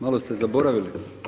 Malo ste zaboravili.